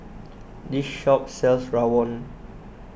the shop sells Rawon